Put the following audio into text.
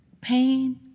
pain